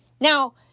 Now